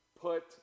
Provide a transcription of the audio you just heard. put